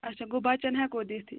اچھا گوٚو بَچن ہیٚکو دِتھ یہِ